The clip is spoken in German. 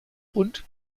und